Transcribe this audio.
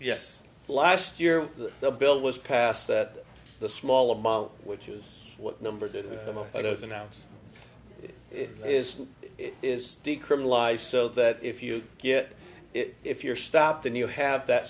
yes last year the bill was passed that the small amount which is what number do i don't announce it is it is decriminalized so that if you get it if you're stopped and you have that